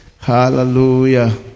Hallelujah